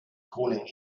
calling